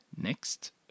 next